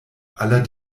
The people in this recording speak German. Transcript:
aller